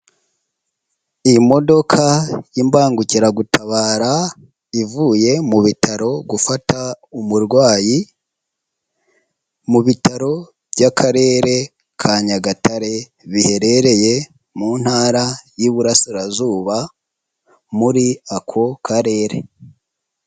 Imodoka y' imbangukiragutabara, ivuye mu bitaro gufata umurwayi, mu bitaro by'Akarere ka Nyagatare, biherereye mu Ntara y'Iburasirazuba, muri ako karere.